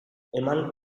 eman